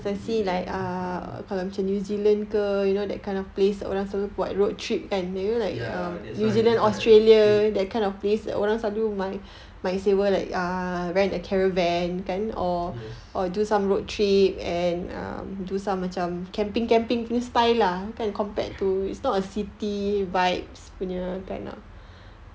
ah ya that's way road trip yes